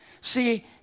See